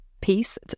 peace